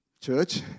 church